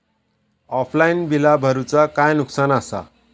Offline बिला भरूचा काय नुकसान आसा?